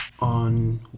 On